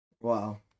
Wow